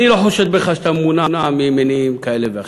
אני לא חושד בך שאתה מונע ממניעים כאלה ואחרים.